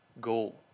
goal